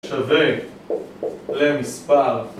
שווה למספר